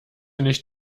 nicht